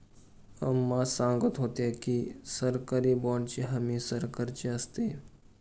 अम्मा सांगत होत्या की, सरकारी बाँडची हमी सरकारची असते